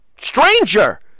stranger